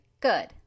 Good